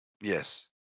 Yes